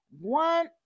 One